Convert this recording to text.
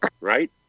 right